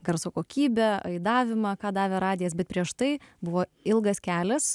garso kokybę aidavimą ką davė radijas bet prieš tai buvo ilgas kelias